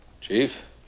Chief